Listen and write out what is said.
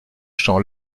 champ